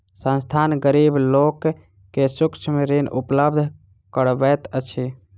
संस्थान, गरीब लोक के सूक्ष्म ऋण उपलब्ध करबैत अछि